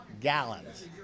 gallons